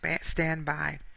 standby